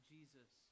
Jesus